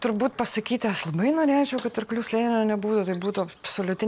turbūt pasakyti aš labai norėčiau kad arklių slėnio nebūtų tai būtų absoliuti